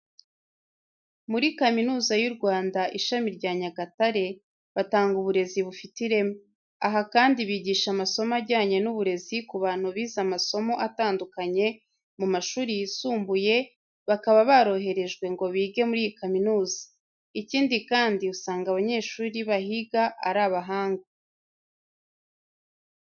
Muri Kaminuza y'u Rwanda, ishami rya Nyagatare batanga uburezi bufite ireme. Aha kandi bigisha amasomo ajyanye n'uburezi ku bantu bize amasomo atandukanye mu mashuri yisumbuye, bakaba baroherejwe ngo bige muri iyi kaminuza. Ikindi kandi, usanga abanyeshuri bahiga ari abahanga.